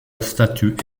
statuts